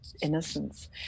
innocence